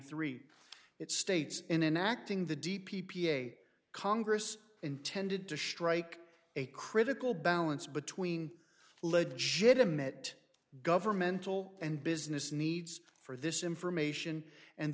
three it states in an acting the deep e p a congress intended to shrike a critical balance between legit emit governmental and business needs for this information and